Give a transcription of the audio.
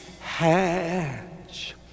hatch